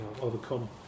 overcome